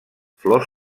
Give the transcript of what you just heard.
flors